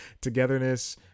Togetherness